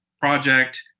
project